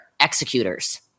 executors